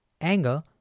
Anger